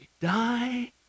die